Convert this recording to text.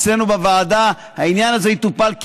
אצלנו בוועדה העניין הזה יטופל,